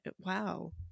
wow